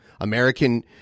American